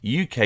UK